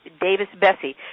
Davis-Bessie